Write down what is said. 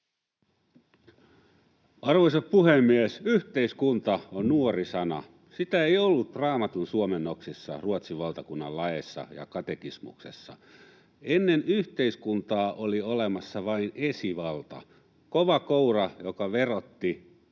Arvoisa puhemies! ”Yhteiskunta” on nuori sana. Sitä ei ollut Raamatun suomennoksissa, Ruotsin valtakunnan laeissa ja katekismuksessa. Ennen yhteiskuntaa oli olemassa vain esivalta, kova koura, joka verotti,